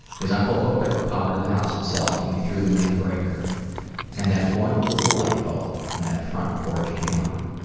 his uncle hooked up the power to the house itself and we threw the main breaker and that one little light bulb on that front porch came on.